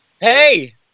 Hey